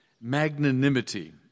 magnanimity